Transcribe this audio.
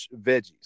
veggies